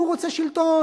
הוא רוצה שלטון,